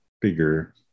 bigger